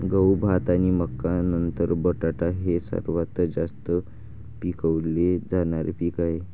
गहू, भात आणि मका नंतर बटाटा हे सर्वात जास्त पिकवले जाणारे पीक आहे